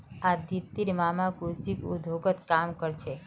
अदितिर मामा कृषि उद्योगत काम कर छेक